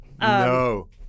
no